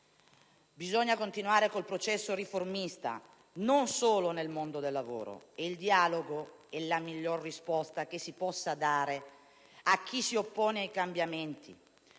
Bisogna continuare con il processo riformista, non solo nel mondo del lavoro. E il dialogo è la migliore risposta che si possa dare a chi si oppone ai cambiamenti.